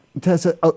Tessa